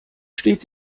steht